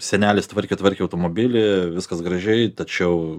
senelis tvarkė tvarkė automobilį viskas gražiai tačiau